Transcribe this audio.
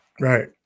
Right